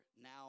now